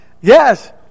Yes